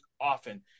often